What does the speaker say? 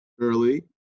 early